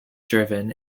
driven